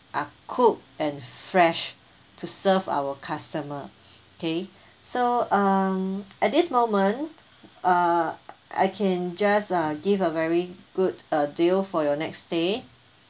are cooked and fresh to serve our customer okay so um at this moment uh I can just uh give a very good uh deal for your next day